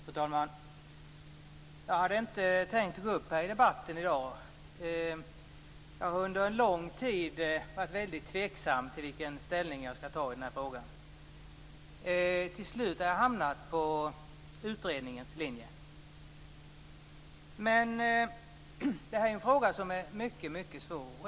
Fru talman! Jag hade inte tänkt gå upp i den här debatten i dag. Under en lång tid har jag varit mycket tveksam till hur jag skall ta ställning i frågan. Till slut hamnade jag på utredningens linje. Frågan är mycket svår.